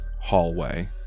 hallway